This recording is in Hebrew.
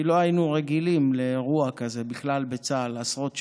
כי לא היינו רגילים לאירוע כזה בכלל בצה"ל עשרות שנים,